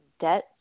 debt